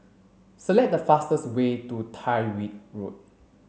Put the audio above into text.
select the fastest way to Tyrwhitt Road